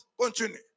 continue